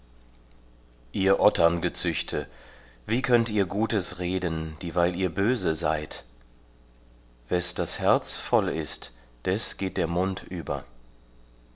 ihr otterngezüchte wie könnt ihr gutes reden dieweil ihr böse seid wes das herz voll ist des geht der mund über